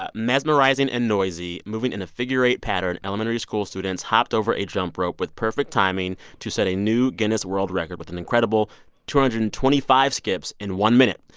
ah mesmerizing and noisy, moving in a figure-eight pattern, elementary school students hopped over a jump rope with perfect timing to set a new guinness world record with an incredible two hundred and twenty five skips in one minute.